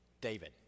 David